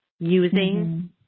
using